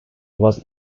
was